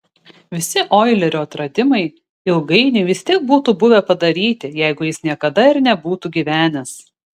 visi oilerio atradimai ilgainiui vis tiek būtų buvę padaryti jeigu jis niekada ir nebūtų gyvenęs